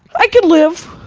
i can live,